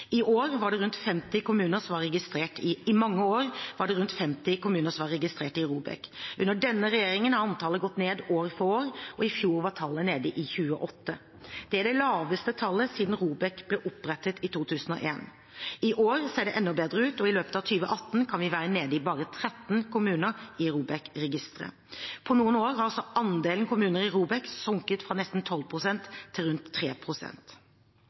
mange år var det rundt 50 kommuner som var registrert i ROBEK. Under denne regjeringen har antallet gått ned år for år, og i fjor var tallet nede i 28. Det er det laveste tallet siden ROBEK ble opprettet, i 2001. I år ser det enda bedre ut, og i løpet av 2018 kan vi være nede i bare 13 kommuner i ROBEK-registeret. På noen år har altså andelen kommuner i ROBEK sunket fra nesten 12 pst. til rundt